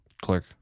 clerk